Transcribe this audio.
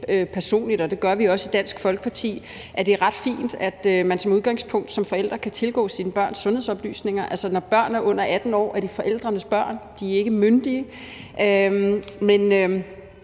personligt, og det gør vi også i Dansk Folkeparti, at det er ret fint, at man som udgangspunkt som forældre kan tilgå sine børns sundhedsoplysninger. Altså, når børn er under 18 år, er de forældrenes børn, de er ikke myndige. Men